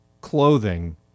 clothing